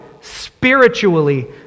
spiritually